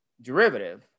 derivative